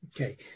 Okay